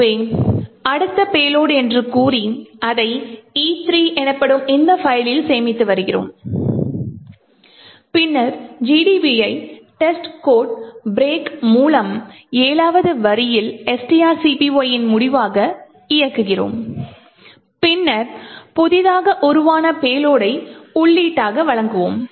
எனவே அடுத்த பேலோட் என்று கூறி அதை E3 எனப்படும் இந்த பைல்லில் சேமித்து வைக்கிறோம் பின்னர் GDB யை டெஸ்ட்கோட் பிரேக் மூலம் 7 வது வரியில் strcpy யின் முடிவாக இயக்குகிறோம் பின்னர் புதிதாக உருவான பேலோடை உள்ளீடாக வழங்குவோம்